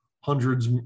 hundreds